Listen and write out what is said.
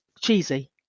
cheesy